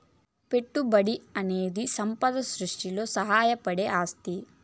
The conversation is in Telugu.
పెట్టుబడనేది సంపద సృష్టిలో సాయపడే ఆస్తి